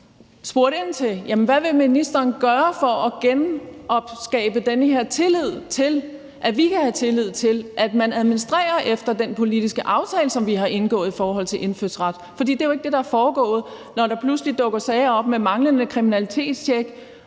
spurgt ind til, hvad ministeren vil gøre for at genskabe det her tillidsforhold, så vi kan have tillid til, at man administrerer efter den politiske aftale, som vi har indgået i forhold til indfødsret. For det er jo ikke det, der er foregået, når der pludselig dukker sager op med manglende kriminalitetstjek,